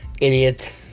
Idiot